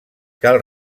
cal